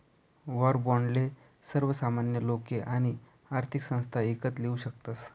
war बाॅन्डले सर्वसामान्य लोके आणि आर्थिक संस्था ईकत लेवू शकतस